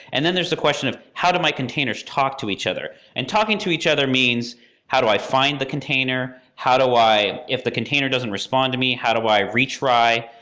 and then, there's the question of, how do my containers talk to each other? and talking to each other means how do i find the container? how do i if the container doesn't respond to me, how do i retry?